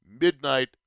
midnight